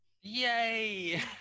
Yay